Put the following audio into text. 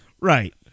Right